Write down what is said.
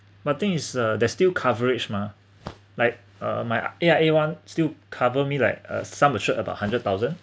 but thing is uh there is still coverage mah like uh my A_I_A [one] still cover me like a sum assured about hundred thousand